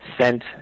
sent